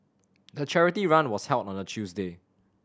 the charity run was held on a Tuesday